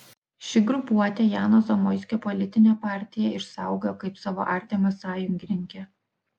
ši grupuotė jano zamoiskio politinę partiją išsaugojo kaip savo artimą sąjungininkę